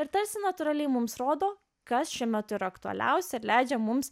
ir tarsi natūraliai mums rodo kas šiuo metu ir aktualiausia leidžia mums